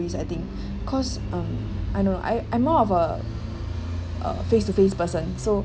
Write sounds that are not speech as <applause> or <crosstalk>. I think <breath> cause um I know I I'm more of a a face-to-face person so